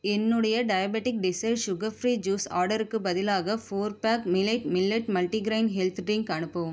என்னுடைய diabetic desire sugar free juice ஆர்டருக்குப் பதிலாக ஃபோர் பேக் மீலைட் மில்லட் மல்டிகிரெயின் ஹெல்த் ட்ரிங்க் அனுப்பவும்